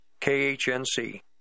KHNC